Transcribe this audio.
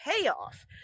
payoff